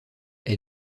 est